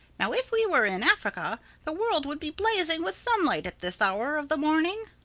now if we were in africa the world would be blazing with sunlight at this hour of the morning.